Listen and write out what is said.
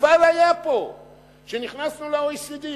פסטיבל היה פה שנכנסנו ל-OECD.